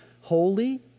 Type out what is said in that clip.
holy